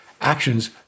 actions